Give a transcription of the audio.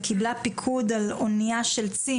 וקיבלה פיקוד על אניה של צים,